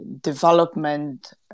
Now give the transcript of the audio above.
development